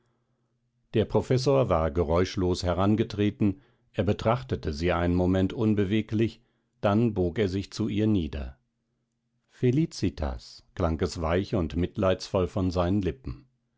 der professor war geräuschlos herangetreten er betrachtete sie einen moment unbeweglich dann bog er sich zu ihr nieder felicitas klang es weich und mitleidsvoll von seinen lippen